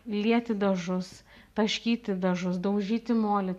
lieti dažus taškyti dažus daužyti molį